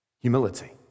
Humility